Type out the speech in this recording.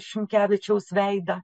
šimkevičiaus veidą